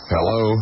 Hello